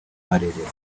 marerero